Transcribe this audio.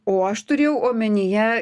o aš turėjau omenyje